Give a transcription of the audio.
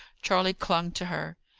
charley clung to her.